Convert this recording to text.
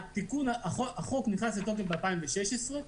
החוק נכנס לתוקף ב-2016,